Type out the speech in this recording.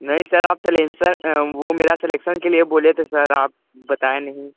नहीं सर आप खेलें सर आप वो मेरे सेलेक्शन के लिए बोले थे सर आप बताया नहीं